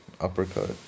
uppercut